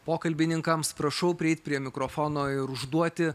pokalbininkams prašau prieit prie mikrofono ir užduoti